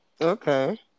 Okay